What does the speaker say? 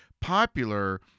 popular